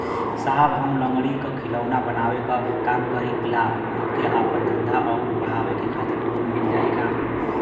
साहब हम लंगड़ी क खिलौना बनावे क काम करी ला हमके आपन धंधा अउर बढ़ावे के खातिर लोन मिल जाई का?